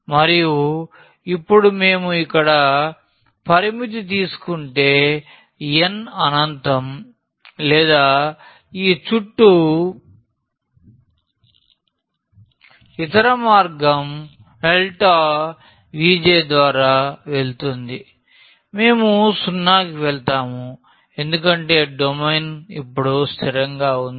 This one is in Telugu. మరియు ఇప్పుడు మేము ఇక్కడ పరిమితి తీసుకుంటే n అనంతం లేదా ఈ చుట్టూ ఇతర మార్గం Vj ద్వారా వెళుతుంది మేము 0 కి వెళ్తాము ఎందుకంటే డొమైన్ ఇప్పుడు స్థిరంగావుంది